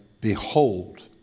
Behold